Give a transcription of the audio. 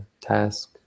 task